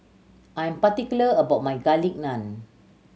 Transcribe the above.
I am particular about my Garlic Naan